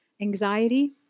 anxiety